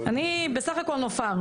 אני בסך הכול נופר.